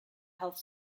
health